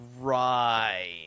Right